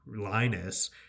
Linus